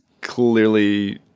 clearly